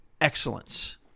excellence